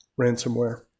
ransomware